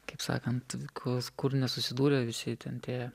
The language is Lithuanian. kaip sakant kus kur nesusidūrę visi ten tie